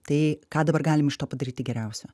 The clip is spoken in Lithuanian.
tai ką dabar galim iš to padaryti geriausio